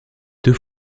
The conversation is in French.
deux